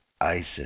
ISIS